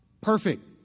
perfect